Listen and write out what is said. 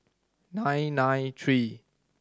nine nine three